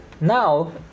now